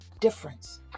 difference